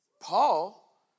Paul